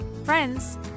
friends